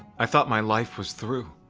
i thought my life was through.